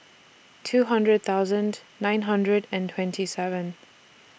two hundred thousand nine hundred and twenty seven